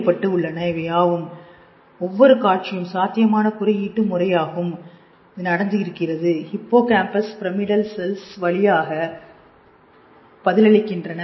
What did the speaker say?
கிட்டத்தட்ட ஒருங்கிணைக்கப்பட்டு உள்ளன ஒவ்வொரு காட்சியும் சாத்தியமான குறியீட்டு முறையாகும் நடந்துகொண்டிருக்கிறது ஹிப்போகாம்ப்பஸ் பிரமிடல் செல்கள் வழியாக பதிலளிக்கின்றனர்